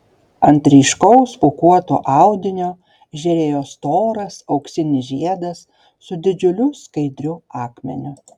ant ryškaus pūkuoto audinio žėrėjo storas auksinis žiedas su didžiuliu skaidriu akmeniu